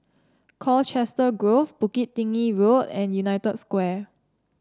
Colchester Grove Bukit Tinggi Road and United Square